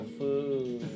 food